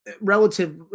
Relative